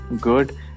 good